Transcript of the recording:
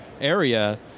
area